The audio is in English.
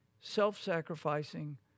Self-sacrificing